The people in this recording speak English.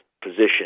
position